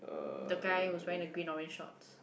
the guy who's wearing the green orange shorts